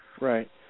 Right